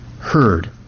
heard